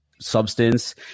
substance